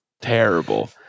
terrible